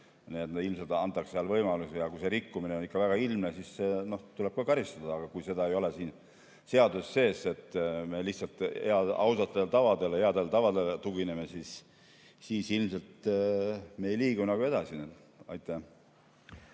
Ilmselt antakse seal võimalusi ja kui rikkumine on väga ilmne, siis tuleb karistada. Aga kui seda ei ole siin seaduses sees ja me lihtsalt ausatele tavadele, headele tavadele tugineme, siis me ilmselt ei liigu edasi. Aitäh,